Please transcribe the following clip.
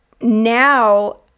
now